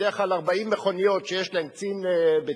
בדרך כלל 40 מכוניות, שיש לה קצין בטיחות,